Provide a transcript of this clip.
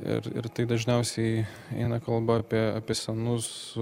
ir ir tai dažniausiai eina kalba apie apie senus